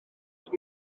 ond